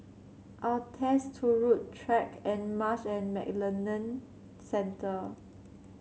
Altez Turut Track and Marsh and McLennan Centre